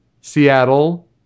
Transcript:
Seattle